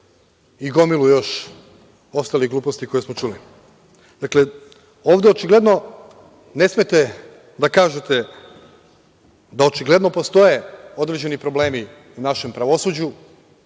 i gomilu još ostalih gluposti koje smo čuli. Ovde očigledno ne smete da kažete da očigledno postoje određeni problemi u našem pravosuđu,